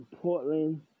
Portland